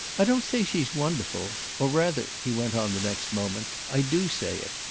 i don't say she's wonderful. or rather, he went on the next moment, i do say it.